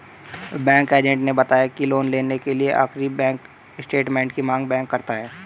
bank agent ने बताया की लोन लेने के लिए आखिरी बैंक स्टेटमेंट की मांग बैंक करता है